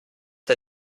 der